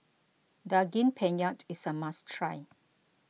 Daging Penyet is a must try